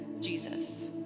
Jesus